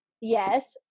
yes